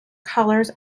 colors